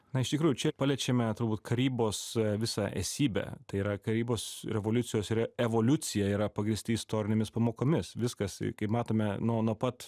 na iš tikrųjų čia paliečiame turbūt karybos visą esybę tai yra karybos revoliucijos evoliucija yra pagrįsti istorinėmis pamokomis viskas kaip matome nuo nuo pat